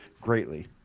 greatly